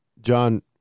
John